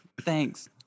thanks